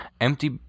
Empty